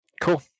cool